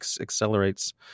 accelerates